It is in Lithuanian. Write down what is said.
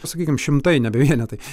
sakykim šimtai nebe vienetai